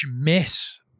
miss